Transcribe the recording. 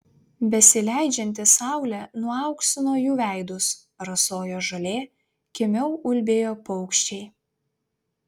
besileidžianti saulė nuauksino jų veidus rasojo žolė kimiau ulbėjo paukščiai